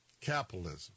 capitalism